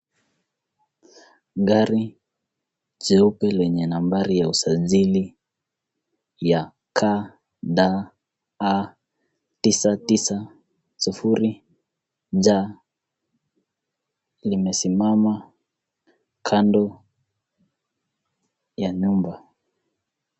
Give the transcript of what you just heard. Gari jeupe lenye nambari ya usajili ya KDH 990 J limesimama kando ya nyumba.